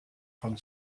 von